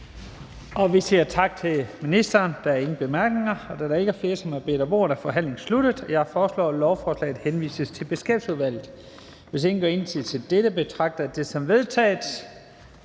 Vind): Tak til ministeren. Der er ingen korte bemærkninger. Der er ikke flere, der har bedt om ordet, så forhandlingen er sluttet. Jeg foreslår, at lovforslaget henvises til Erhvervsudvalget. Hvis ingen gør indsigelse, betragter jeg dette som vedtaget.